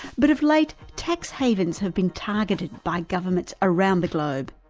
but of late, tax havens have been targeted by governments around the globe.